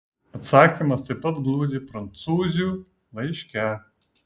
atsakymas taip pat glūdi prancūzių laiške